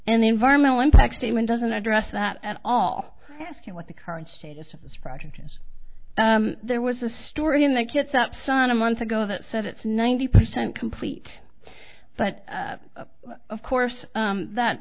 the environmental impact statement doesn't address that at all asking what the current status of this project there was a story in the kits up sun a month ago that said it's ninety percent complete but of course that